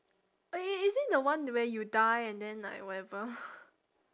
eh is it the one where you die and then like whatever